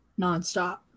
nonstop